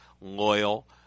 loyal